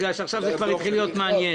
בגלל שעכשיו זה כבר התחיל להיות מעניין.